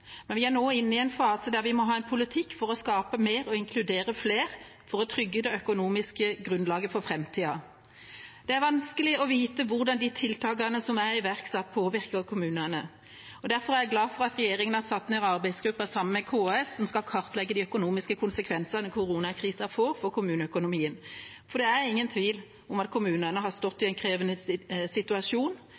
men vi er nå inne i en fase der vi må ha en politikk for å skape mer og inkludere flere, for å trygge det økonomiske grunnlaget for framtida. Det er vanskelig å vite hvordan de tiltakene som er iverksatt, påvirker kommunene, og derfor er jeg glad for at regjeringa sammen med KS har satt ned arbeidsgrupper som skal kartlegge de økonomiske konsekvensene koronakrisa får for kommuneøkonomien. Det er ingen tvil om at kommunene har stått i en krevende situasjon